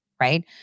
right